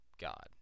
God